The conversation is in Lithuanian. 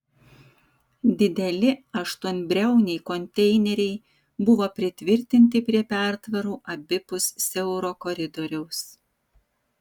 dideli aštuonbriauniai konteineriai buvo pritvirtinti prie pertvarų abipus siauro koridoriaus